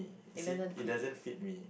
see it doesn't fit me